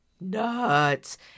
nuts